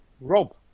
Rob